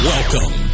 Welcome